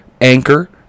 Anchor